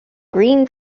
green